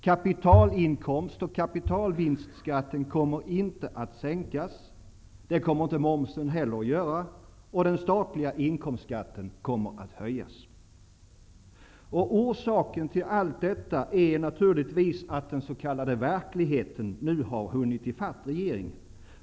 Kapitalinkomstskatten kommer inte att sänkas och inte heller momsen, och den statliga inkomstskatten kommer att höjas. Orsaken till allt detta är naturligtvis att den s.k. verkligheten nu har hunnit i fatt regeringen.